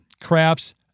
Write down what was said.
crafts